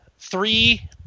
three